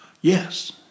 Yes